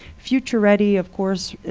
future-ready, of course,